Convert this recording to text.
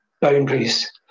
boundaries